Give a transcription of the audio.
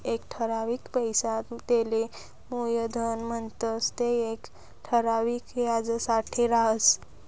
एक ठरावीक पैसा तेले मुयधन म्हणतंस ते येक ठराविक याजसाठे राहस